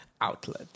outlet